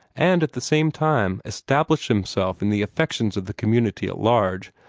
and at the same time establish himself in the affections of the community at large,